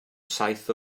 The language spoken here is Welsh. saith